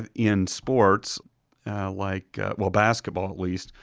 ah in sports like, well, basketball, at least,